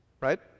Right